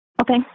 Okay